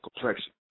complexion